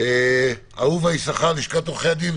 אהובה ישככר, לשכת עורכי-הדין.